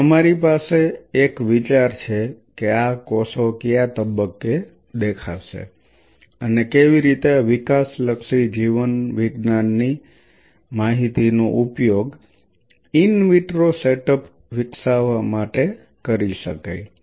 તેથી અમારી પાસે એક વિચાર છે કે આ કોષો કયા તબક્કે દેખાશે અને કેવી રીતે વિકાસલક્ષી જીવવિજ્ઞાન ની માહિતીનો ઉપયોગ ઇન વિટ્રો સેટઅપ વિકસાવવા માટે કરી શકાય